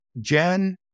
Jen